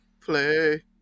play